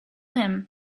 him